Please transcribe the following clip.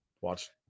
Watch